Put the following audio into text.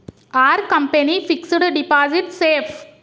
Are company fixed deposit safe?